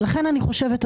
ולכן אני חושבת,